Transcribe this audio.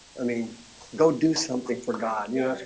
i mean go do something for god. yeah